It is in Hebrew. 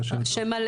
אני מנהל